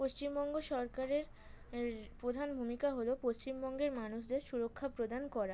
পশ্চিমবঙ্গ সরকারের প্রধান ভূমিকা হল পশ্চিমবঙ্গের মানুষদের সুরক্ষা প্রদান করা